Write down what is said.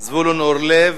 זבולון אורלב,